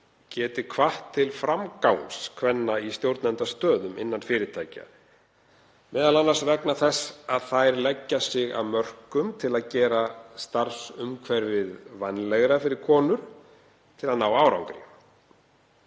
geti hvatt til framgangs kvenna í stjórnendastöðum innan fyrirtækja, m.a. vegna þess að þær leggja sitt af mörkum til að gera starfsumhverfið vænlegra fyrir konur til að ná árangri.